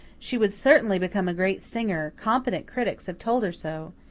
she would certainly become a great singer competent critics have told her so.